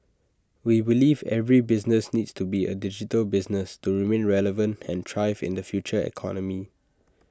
we believe every business needs to be A digital business to remain relevant and thrive in the future economy